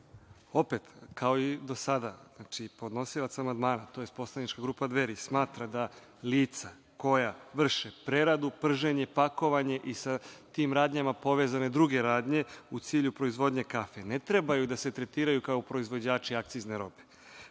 Opet kao i do sada, podnosilac amandmana, tj. Poslanička grupa Dveri smatra da lica koja vrše preradu, prženje, pakovanje i sa tim radnjama povezane druge radnje, u cilju proizvodnje kafe, ne trebaju da se tretiraju kao proizvođači akcizne robe.